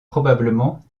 probablement